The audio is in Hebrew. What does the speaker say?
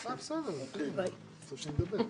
בסדר, שידבר.